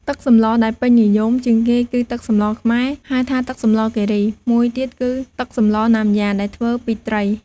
ទឹកសម្លដែលពេញនិយមជាងគេគឺ ទឹកសម្លខ្មែរ ហៅថាទឹកសម្លការី មួយទៀតគឺ ទឹកសម្លណាំយ៉ា ដែលធ្វើពីត្រី។